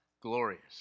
glorious